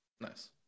Nice